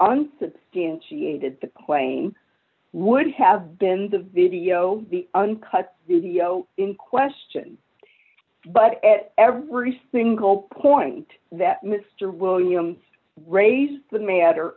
unsubstantiated the claim would have been the video the uncut video in question but at every single point that mr williams raised the ma